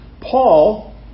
Paul